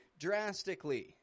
drastically